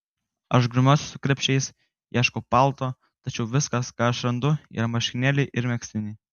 aš grumiuosi su krepšiais ieškau palto tačiau viskas ką aš randu yra marškinėliai ir megztiniai